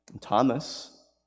Thomas